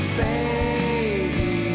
baby